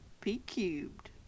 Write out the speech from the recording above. P-Cubed